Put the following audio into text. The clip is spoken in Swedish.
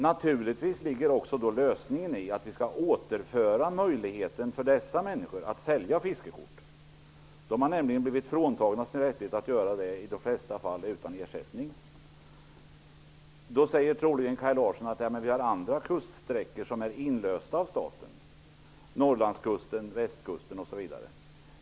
Naturligtvis ligger lösningen i att vi skall återinföra möjligheterna för dessa människor att sälja fiskekort. De har i de flesta fall utan ersättning blivit fråntagna sin rätt att göra det. Då säger troligen Kaj Larsson att vi har andra kuststräckor som är inlösta av staten; Norrlandskusten, Västkusten, osv.